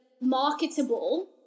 marketable